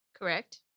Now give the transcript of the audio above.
Correct